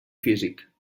físic